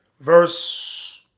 verse